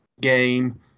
game